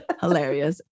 Hilarious